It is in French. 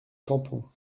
tampon